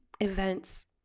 events